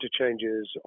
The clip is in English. interchanges